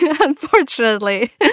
unfortunately